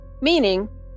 meaning